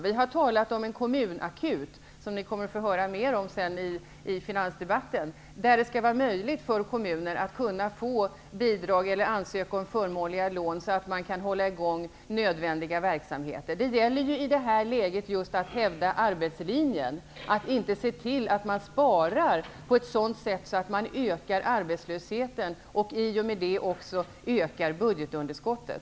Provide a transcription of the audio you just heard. Vi har talat om en kommunakut, som ni kommer att få höra mer om sedan i finansdebatten. Där skall kommunerna kunna ansöka om bidrag eller förmånliga lån, så att de kan hålla i gång nödvändiga verksamheter. Det gäller ju i detta läge just att hävda arbetslinjen och att inte spara på ett sådant sätt att man ökar arbetslösheten och därmed budgetunderskottet.